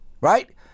Right